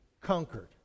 conquered